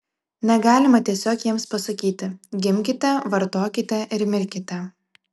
negalima tiesiog jiems pasakyti gimkite vartokite ir mirkite